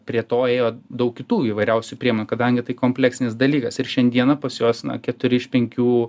prie to ėjo daug kitų įvairiausių priemonių kadangi tai kompleksinis dalykas ir šiandieną pas juos na keturi iš penkių